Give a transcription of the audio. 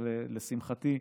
ולשמחתי,